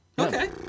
Okay